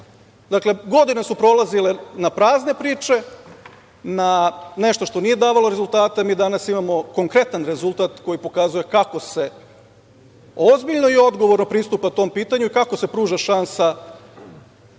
Dakle, godine su prolazile na prazne priče, na nešto što nije davalo rezultate. Mi danas imamo konkretan rezultat koji pokazuje kako se ozbiljno i odgovorno pristupa tom pitanju i kako se pruža šansa,